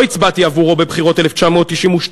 לא הצבעתי עבורו בבחירות 1992,